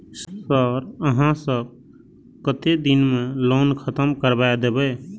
Sir यहाँ सब कतेक दिन में लोन खत्म करबाए देबे?